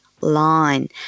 line